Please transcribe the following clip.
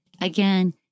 again